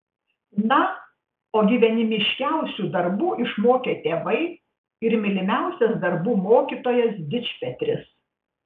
na o gyvenimiškiausių darbų išmokė tėvai ir mylimiausias darbų mokytojas dičpetris